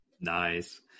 Nice